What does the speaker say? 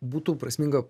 būtų prasminga